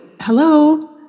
hello